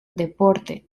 deporte